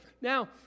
Now